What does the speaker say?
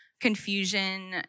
confusion